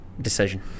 decision